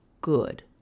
good